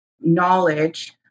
knowledge